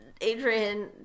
Adrian